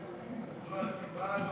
זו הסיבה,